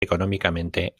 económicamente